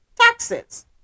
Taxes